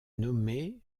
nommée